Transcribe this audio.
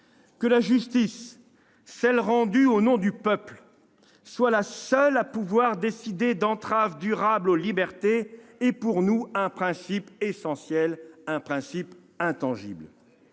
Que la justice, celle qui est rendue au nom du peuple, soit la seule à pouvoir décider d'entraves durables aux libertés est, pour nous, un principe essentiel, un principe intangible